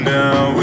now